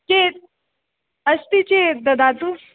चेत् अस्ति चेत् ददातु